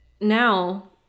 now